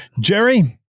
jerry